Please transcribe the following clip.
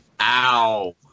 Ow